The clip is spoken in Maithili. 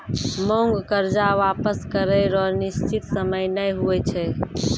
मांग कर्जा वापस करै रो निसचीत सयम नै हुवै छै